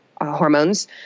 hormones